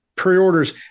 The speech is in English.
pre-orders